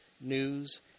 news